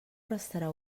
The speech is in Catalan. restarà